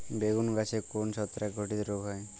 বেগুন গাছে কোন ছত্রাক ঘটিত রোগ হয়?